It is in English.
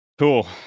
cool